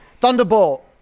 thunderbolt